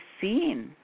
seen